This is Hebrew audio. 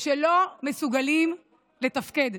שלא מסוגלים לתפקד.